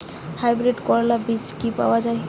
Hybrid করলার বীজ কি পাওয়া যায়?